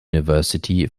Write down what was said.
university